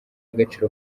agaciro